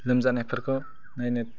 लोमजानायफोरखौ नायनो